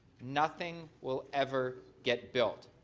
nothing will ever get built.